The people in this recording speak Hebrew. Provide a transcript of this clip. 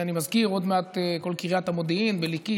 אני מזכיר שעוד מעט כל קריית המודיעין עוברת לליקית,